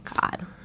God